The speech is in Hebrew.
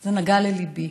זה נגע לליבי.